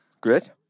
Great